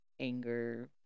anger